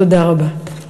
תודה רבה.